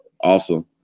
Awesome